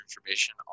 information